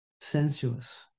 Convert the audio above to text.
Sensuous